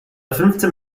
fünfzehn